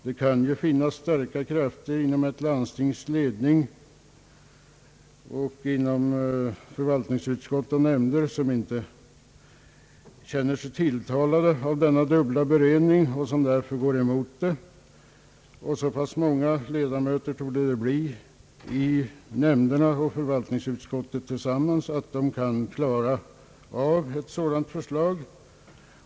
Det kan finnas starka krafter inom ett landstings ledning, inom förvaltningsutskott och nämnder som inte känner sig tilltalade av denna dubbla beredning och som därför går emot den. Det torde bli så pass många ledamöter i nämnderna och förvaltningsutskottet tillsammans att de kan klara ett sådant förslag.